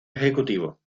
ejecutivo